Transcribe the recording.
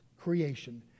creation